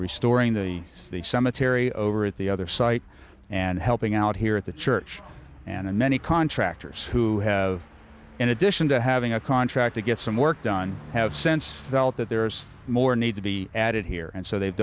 restoring the cemetery over at the other site and helping out here at the church and many contractors who have in addition to having a contract to get some work done have sense felt that there is more need to be added here and so they've